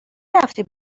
رفتی